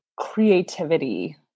creativity